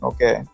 Okay